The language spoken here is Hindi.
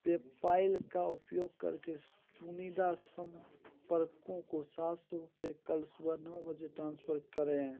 पेपाईल का उपयोग करके चुनिंदा संपर्कों को सात सौ रुपये कल सुबह नौ बजे ट्रांसफ़र करें